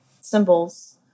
symbols